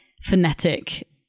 phonetic